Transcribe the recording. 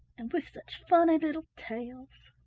and with such funny little tails.